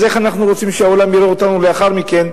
אז איך אנחנו רוצים שהעולם יראה אותנו לאחר מכן,